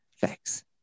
thanks